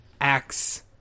acts